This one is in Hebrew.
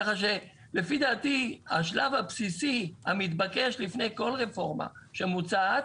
כך שלפי דעתי השלב הבסיסי והמתבקש לפני כל רפורמה שמוצעת,